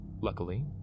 Luckily